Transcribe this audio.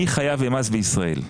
מי חייב במס בישראל.